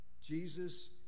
Jesus